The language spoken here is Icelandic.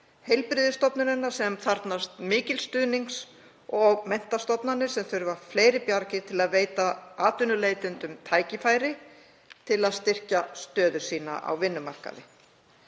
heilbrigðisstofnunina sem þarfnast mikils stuðnings, og menntastofnanir, sem þurfa fleiri bjargir til að veita atvinnuleitendum tækifæri til að styrkja stöðu sína á vinnumarkaði.